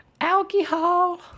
alcohol